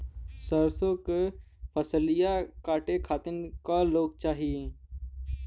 सरसो के फसलिया कांटे खातिन क लोग चाहिए?